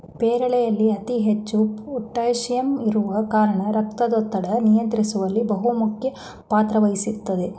ಪೇರಳೆಯಲ್ಲಿ ಅತಿ ಹೆಚ್ಚು ಪೋಟಾಸಿಯಂ ಇರುವ ಕಾರಣ ರಕ್ತದೊತ್ತಡ ನಿಯಂತ್ರಿಸುವಲ್ಲಿ ಬಹುಮುಖ್ಯ ಪಾತ್ರ ವಹಿಸ್ತದೆ